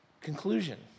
conclusion